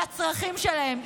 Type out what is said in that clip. לצרכים שלהן,